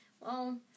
Well